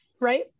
right